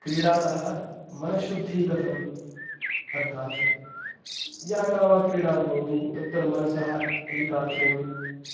क्रीडातः मनश्शुद्धिः कथम् अर्थात् यः का वा क्रीडा भवतु तत्र मनसः ऐकाग्र्यं